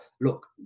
look